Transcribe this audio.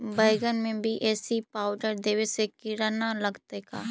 बैगन में BAC powder देबे से किड़ा न लगतै का?